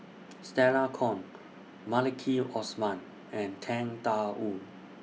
Stella Kon Maliki Osman and Tang DA Wu